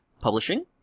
Publishing